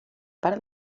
part